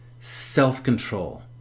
self-control